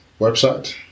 website